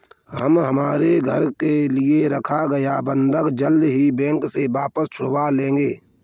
हम हमारे घर के लिए रखा गया बंधक जल्द ही बैंक से वापस छुड़वा लेंगे